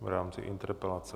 v rámci interpelace.